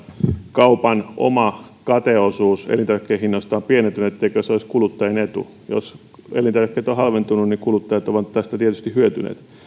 kaupan oma kateosuus elintarvikkeen hinnasta on pienentynyt eikö se olisi kuluttajien etu jos elintarvikkeet ovat halventuneet niin kuluttajat ovat tästä tietysti hyötyneet